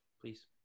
please